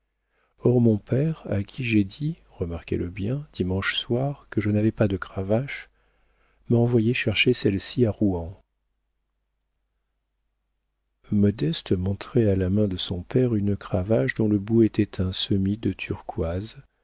or mon père à qui j'ai dit remarquez-le bien dimanche soir que je n'avais pas de cravache m'a envoyé chercher celle-ci à rouen modeste montrait à la main de son père une cravache dont le bout était un semis de turquoises